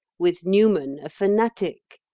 with newman a fanatic.